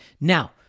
Now